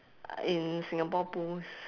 in singapore pools